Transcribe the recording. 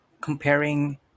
comparing